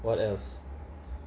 what else